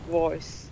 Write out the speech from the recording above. voice